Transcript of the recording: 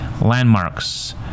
landmarks